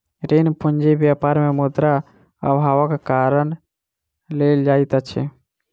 ऋण पूंजी व्यापार मे मुद्रा अभावक कारण लेल जाइत अछि